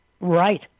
Right